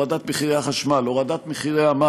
הורדת מחירי החשמל,